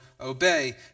obey